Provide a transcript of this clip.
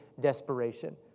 desperation